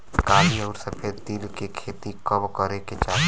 काली अउर सफेद तिल के खेती कब करे के चाही?